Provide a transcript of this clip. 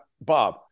Bob